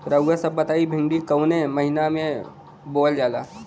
रउआ सभ बताई भिंडी कवने महीना में बोवल जाला?